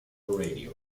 radio